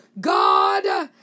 God